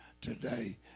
today